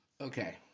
Okay